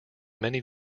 many